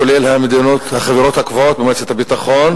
כולל המדינות החברות הקבועות במועצת הביטחון,